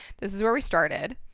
this is where we started